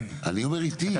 אני אומר איתי.